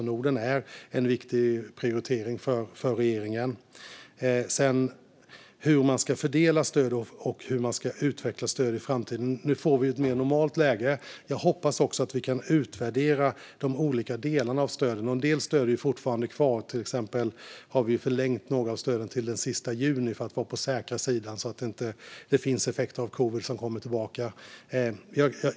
Norden är en viktig prioritering för regeringen. Hur ska man fördela stöd och utveckla stöd i framtiden? Nu får vi ett mer normalt läge, och jag hoppas att vi kan utvärdera de olika delarna av stöden. En del stöd är fortfarande kvar. Till exempel har vi förlängt några av stöden till den 30 juni för att vara på den säkra sidan, så att det inte finns effekter av covid som kommer tillbaka.